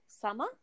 summer